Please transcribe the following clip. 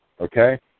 okay